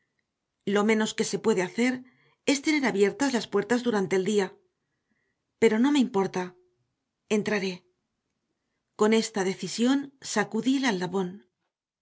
lo menos que se puede hacer es tener abiertas las puertas durante el día pero no me importa entraré con esta decisión sacudí el